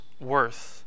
worth